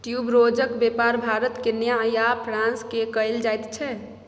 ट्यूबरोजक बेपार भारत केन्या आ फ्रांस मे कएल जाइत छै